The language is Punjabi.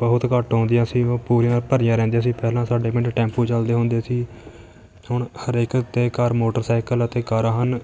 ਬਹੁਤ ਘੱਟ ਆਉਂਦੀਆਂ ਸੀ ਉਹ ਪੂਰੀਆਂ ਭਰੀਆਂ ਰਹਿੰਦੀਆਂ ਸੀ ਪਹਿਲਾਂ ਸਾਡੇ ਪਿੰਡ ਟੈਂਪੂ ਚੱਲਦੇ ਹੁੰਦੇ ਸੀ ਹੁਣ ਹਰੇਕ ਦੇ ਘਰ ਮੋਟਰਸਾਈਕਲ ਅਤੇ ਕਾਰਾਂ ਹਨ